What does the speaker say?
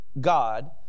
God